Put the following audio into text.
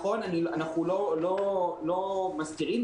אנחנו לא מסתירים,